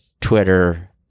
Twitter